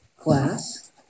class